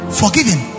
forgiven